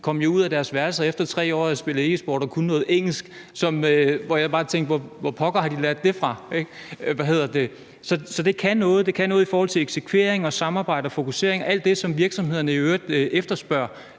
kom jo ud af deres værelser efter at have spillet e-sport i 3 år, og de kunne noget engelsk. Jeg tænkte: Hvor pokker har de lært det fra? Så det kan noget. Det kan noget i forhold til eksekvering og samarbejde og fokusering, alt det, som virksomhederne i øvrigt efterspørger,